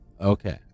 okay